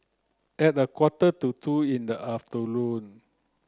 at a quarter to two in the afternoon